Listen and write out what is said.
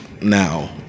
now